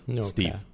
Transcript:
Steve